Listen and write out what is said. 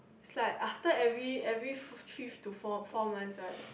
it's like after every every thr~ three to four four months right